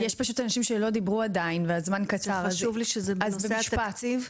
זה חשוב לי, בנושא התקציב.